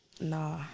Nah